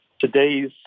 today's